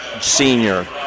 senior